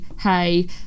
hey